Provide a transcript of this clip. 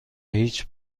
هیچ